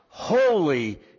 holy